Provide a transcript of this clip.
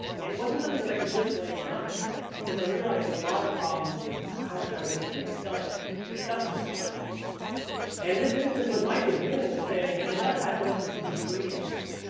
and it wasn't something that i could just blame on others because i realized that a lot of the problem was how much i was making myself accessible to other people. and in this instance, what mike was doing was saying, you know what, i don't want this to be free anymore.